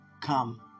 come